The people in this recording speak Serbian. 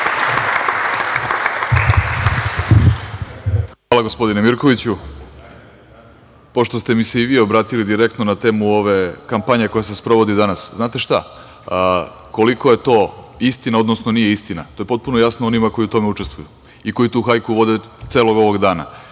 Hvala, gospodine Mirkoviću. Pošto ste mi se i vi obratili direktno, na temu ove kampanje koje se sprovodi danas. Znate šta, koliko je to istina, odnosno nije istina, to je potpuno jasno onima koji u tome učestvuju i koji tu hajku vode celog ovog dana. Znate